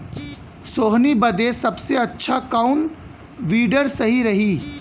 सोहनी बदे सबसे अच्छा कौन वीडर सही रही?